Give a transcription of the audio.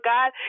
God